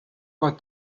but